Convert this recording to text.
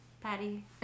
Patty